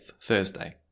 Thursday